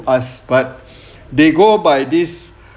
us but they go by this